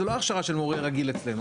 זו לא הכשרה של מורה רגיל אצלנו.